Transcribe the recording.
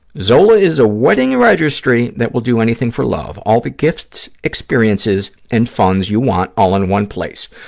zola is a wedding registry that will do anything for love, all the gifts, experiences and funds you want all in one place.